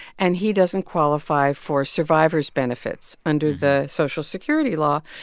and he doesn't qualify for survivor's benefits under the social security law.